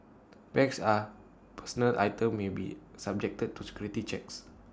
bags are personal items may be subjected to security checks